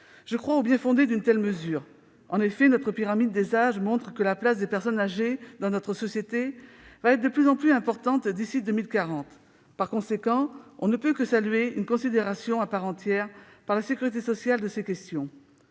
Je crois au bien-fondé d'une telle mesure. En effet, notre pyramide des âges montre que la place des personnes âgées dans notre société sera de plus en plus importante d'ici à 2040. Par conséquent, on ne peut que saluer la prise en considération, par la sécurité sociale, de ces questions.